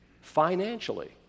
financially